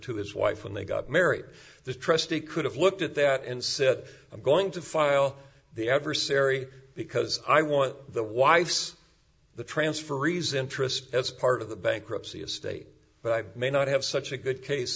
to his wife when they got married the trustee could have looked at that and said i'm going to file the adversary because i want the wife's the transferees interest as part of the bankruptcy estate but i may not have such a good